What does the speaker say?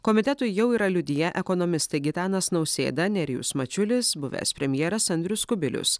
komitetui jau yra liudiję ekonomistai gitanas nausėda nerijus mačiulis buvęs premjeras andrius kubilius